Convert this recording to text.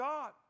God